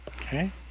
Okay